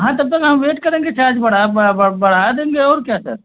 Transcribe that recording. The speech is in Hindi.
हाँ तब तक हम वेट करेंगे चार्ज बढ़ा बढ़ा देंगे और क्या सर